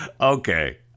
Okay